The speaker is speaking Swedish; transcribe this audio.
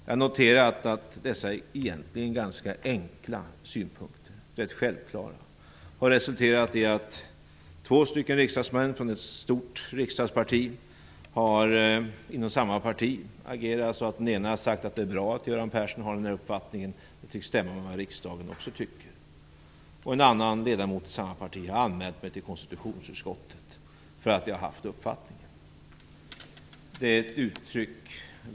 Jag har noterat att dessa egentligen ganska enkla och rätt självklara synpunkter har resulterat i att två riksdagsmän inom samma stora riksdagsparti har agerat. Den ena har sagt att det är bra att Göran Persson har denna uppfattning, och det tycks också stämma med vad riksdagen tycker. Den andra ledamoten har anmält mig till konstitutionsutskottet för att jag har haft denna uppfattning.